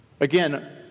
Again